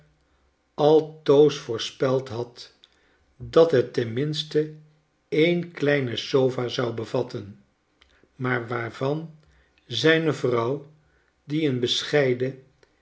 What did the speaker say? altoos voorspeld had dat het ten minste een kleine sofa zou be vatten maar waarvan zijne vrouw die een